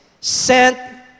sent